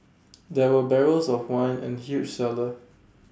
there were barrels of wine in the huge cellar